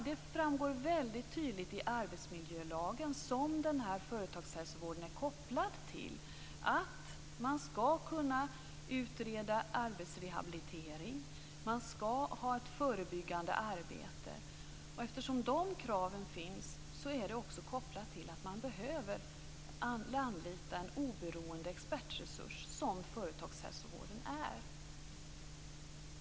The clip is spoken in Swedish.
Det framgår väldigt tydligt i arbetsmiljölagen, som den här företagshälsovården är kopplad till, att man ska kunna utreda arbetsrehabilitering. Man ska ha ett förebyggande arbete. Eftersom de kraven finns, är det också kopplat till att man behöver anlita den oberoende expertresurs som företagshälsovården är.